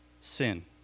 sin